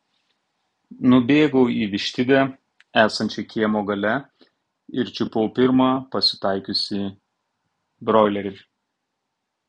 nubėgau į vištidę esančią kiemo gale ir čiupau pirmą pasitaikiusį broilerį